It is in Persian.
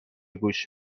گوش